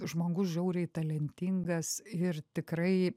žmogus žiauriai talentingas ir tikrai